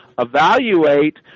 evaluate